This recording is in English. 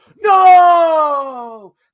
no